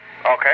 Okay